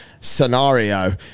scenario